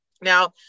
Now